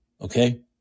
okay